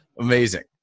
amazing